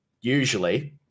usually